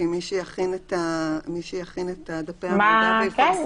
כי מי שיכין את דפי המידע ויפרסם אותם